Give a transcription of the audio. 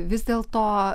vis dėlto